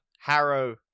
Harrow